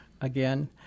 again